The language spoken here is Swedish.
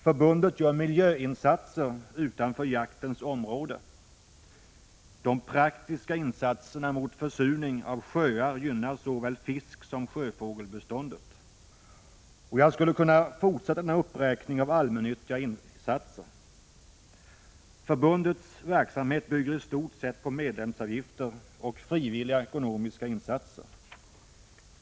Förbundet gör miljöinsatser utanför jaktens område. De praktiska insatserna mot försurning av sjöar gynnar såväl fisksom sjöfågelbeståndet. Jag skulle kunna fortsätta denna uppräkning av allmännyttiga insatser. Förbundets verksamhet bygger i stort sett på medlemsavgifter och frivilliga ekonomiska insatser.